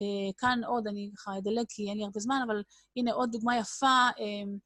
כאן עוד אני ככה אדלג כי אין לי הרבה זמן, אבל הנה עוד דוגמה יפה.